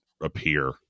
appear